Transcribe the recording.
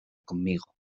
conmigo